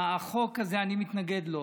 החוק הזה, אני מתנגד לו.